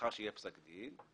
לאחר שיהיה פסק דין,